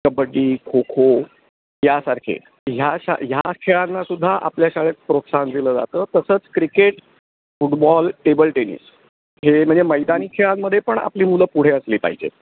कबड्डी खो खो यासारखे ह्या शा ह्या खेळांनासुद्धा आपल्या शाळेत प्रोत्साहन दिलं जातं तसंच क्रिकेट फुटबॉल टेबल टेनिस हे म्हणजे मैदानी खेळांमध्ये पण आपली मुलं पुढे असली पाहिजेत